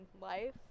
life